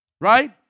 right